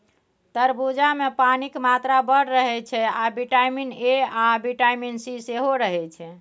तरबुजामे पानिक मात्रा बड़ रहय छै आ बिटामिन ए आ बिटामिन सी सेहो रहय छै